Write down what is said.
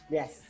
Yes